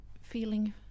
feeling